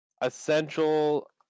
essential